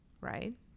right